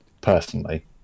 personally